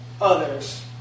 others